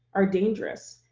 are dangerous,